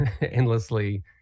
endlessly